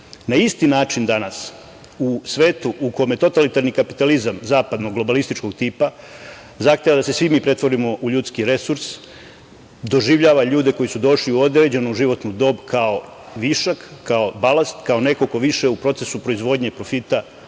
Na isti način danas u svetu u kome totalitarni kapitalizam zapadnog globalističkog tipa zahteva da se svi mi pretvorimo u ljudski resurs, doživljava ljude koji su došli u određenu životnu dob kao višak, kao balast, kao neko ko više u procesu proizvodnje profita